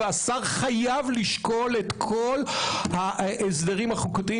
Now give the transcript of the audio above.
והשר חייב לשקול את כל ההסדרים החוקתיים,